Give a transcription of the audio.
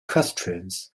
questions